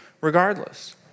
regardless